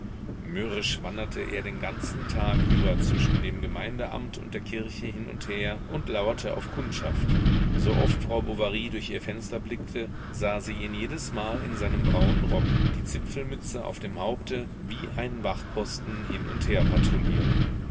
mürrisch wanderte er den ganzen tag über zwischen dem gemeindeamt und der kirche hin und her und lauerte auf kundschaft sooft frau bovary durch ihr fenster blickte sah sie ihn jedesmal in seinem braunen rock die zipfelmütze auf dem haupte wie einen wachtposten hin und her patrouillieren